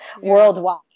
worldwide